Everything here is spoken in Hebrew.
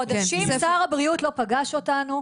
חודשים שר הבריאות לא פגש אותנו.